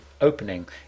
opening